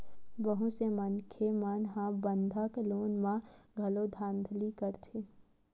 बहुत से मनखे मन ह बंधक लोन म घलो धांधली करथे